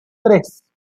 tres